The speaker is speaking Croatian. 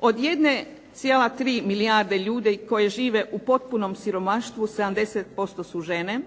Od 1,3 milijarde ljudi koji žive u potpunom siromaštvu 70% su žene.